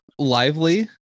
Lively